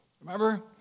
Remember